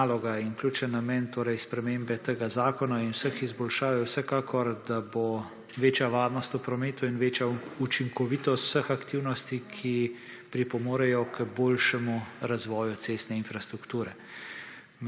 in ključen namen torej spremembe tega zakona in vseh izboljšav je vsekakor, da bo večja varnost v prometu in večja učinkovitost vseh aktivnosti, ki pripomorejo k boljšemu razvoju cestne infrastrukture.